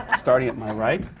starting at my right,